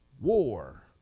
war